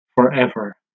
forever